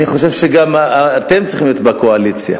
אני חושב שגם אתם צריכים להיות בקואליציה,